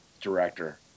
director